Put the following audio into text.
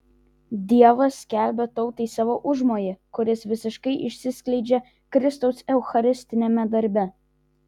dievas skelbia tautai savo užmojį kuris visiškai išsiskleidžia kristaus eucharistiniame darbe